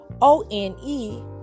O-N-E